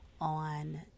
on